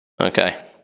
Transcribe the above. Okay